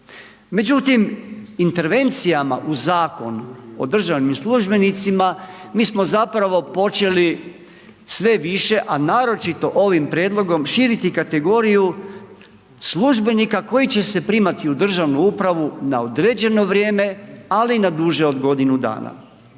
Međutim, intervencijama u Zakonu o državnim službenicima, mi smo zapravo počeli sve više, a naročito ovim prijedlogom širiti kategoriju službenika koji će se primati u državnu upravu na određeno vrijeme, ali na duže od godinu dana.